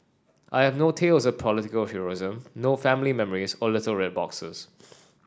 I have no tales of political heroism no family memories or little red boxes